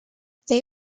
they